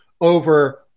over